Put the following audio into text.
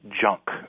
junk